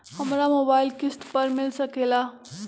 हमरा मोबाइल किस्त पर मिल सकेला?